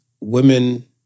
women